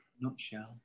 Nutshell